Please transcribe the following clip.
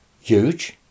Huge